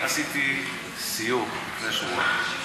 עשיתי סיור לפני שבועיים,